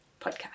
Podcast